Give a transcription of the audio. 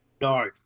No